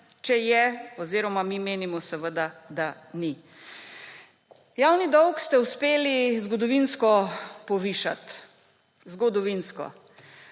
če je oziroma mi menimo seveda, da ni. Javni dolg ste uspeli zgodovinsko povišati. Zgodovinsko.